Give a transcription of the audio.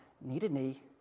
knee-to-knee